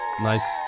nice